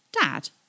Dad